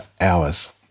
hours